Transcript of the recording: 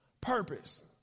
Purpose